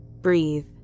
breathe